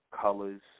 colors